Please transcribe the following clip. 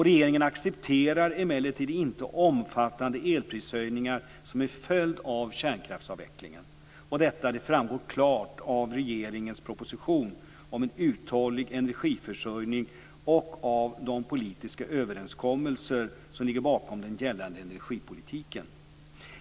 Regeringen accepterar emellertid inte omfattande elprishöjningar som en följd av kärnkraftsavvecklingen. Detta framgår klart av regeringens proposition om en uthållig energiförsörjning och av de politiska överenskommelser som ligger bakom den gällande energipolitiken.